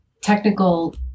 technical